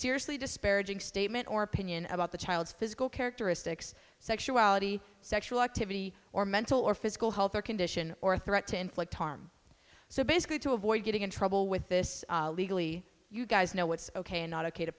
seriously disparaging statement or opinion about the child's physical characteristics sexuality sexual activity or mental or physical health or condition or threat to inflict harm so basically to avoid getting in trouble with this legally you guys know what's ok and not ok to